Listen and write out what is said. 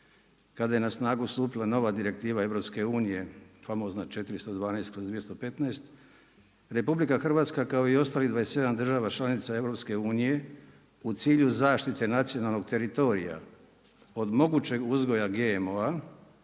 kada je na snagu stupila nova Direktiva EU famozna 412/215 RH kao i ostalih 27 država članica EU u cilju zaštite nacionalnog teritorija od mogućeg uzgoja GMO-a